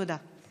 תודה.